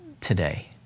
today